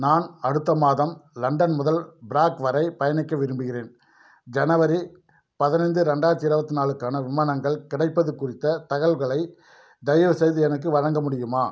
நான் அடுத்த மாதம் லண்டன் முதல் பிராக் வரை பயணிக்க விரும்புகிறேன் ஜனவரி பதினைந்து ரெண்டாயிரத்தி இருபத்து நாலு க்கான விமானங்கள் கிடைப்பது குறித்த தகவல்களை தயவுசெய்து எனக்கு வழங்க முடியுமா